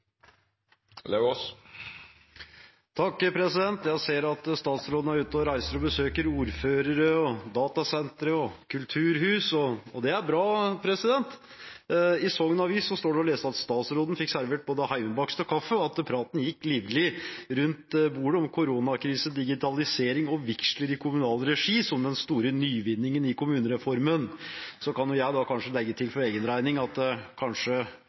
ute og reiser og besøker ordførere, datasentre og kulturhus, og det er bra. I Sogn Avis står det å lese at statsråden fikk servert både heimebakst og kaffe, og at praten gikk livlig rundt bordet om koronakrise, digitalisering og vigsler i kommunal regi som den store nyvinningen i kommunereformen. Så kan jeg kanskje legge til for egen regning at kanskje